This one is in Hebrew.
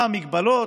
מה המגבלות.